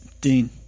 Dean